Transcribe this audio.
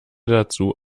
dazu